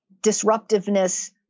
disruptiveness